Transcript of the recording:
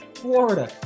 Florida